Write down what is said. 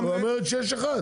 היא אומרת שיש אחד.